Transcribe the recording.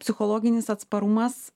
psichologinis atsparumas